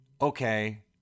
Okay